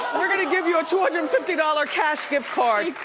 we're gonna give you a two hundred and fifty dollars cash gift card.